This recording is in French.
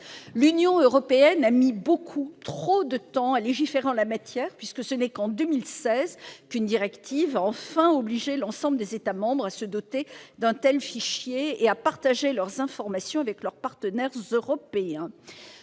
L'Union européenne a mis beaucoup trop de temps à légiférer en la matière, puisque ce n'est qu'en 2016 qu'une directive a, enfin, obligé l'ensemble des États membres à se doter d'un tel fichier et à partager leurs informations avec leurs partenaires européens.